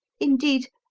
indeed,